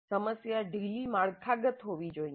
સમસ્યા ઢીલી માળખાગત હોવી જોઈએ